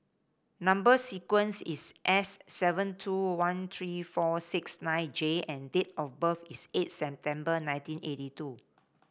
number sequence is S seven two one three four six nine J and date of birth is eight September nineteen eighty two